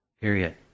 Period